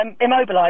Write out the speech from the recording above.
immobilised